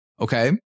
Okay